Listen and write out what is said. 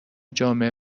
جامع